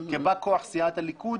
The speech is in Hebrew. כבא כוח סיעת הליכוד,